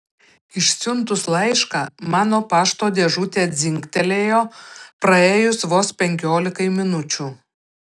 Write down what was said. išsiuntus laišką mano pašto dėžutė dzingtelėjo praėjus vos penkiolikai minučių